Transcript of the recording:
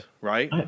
right